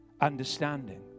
understanding